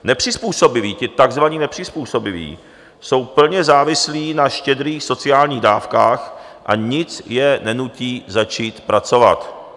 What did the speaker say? Nepřizpůsobiví, ti takzvaní nepřizpůsobiví jsou plně závislí na štědrých sociální dávkách a nic je nenutí začít pracovat.